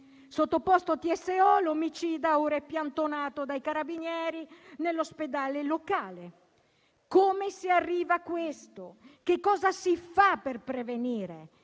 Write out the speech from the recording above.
Sottoposto a TSO, l'omicida ora è piantonato dai Carabinieri nell'ospedale locale. Come si arriva a questo? Che cosa si fa per prevenire?